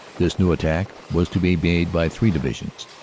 this new attack was to be made by three divisions,